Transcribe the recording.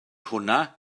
hwnna